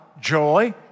joy